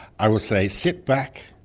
i would say sit back,